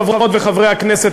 חברות וחברי הכנסת,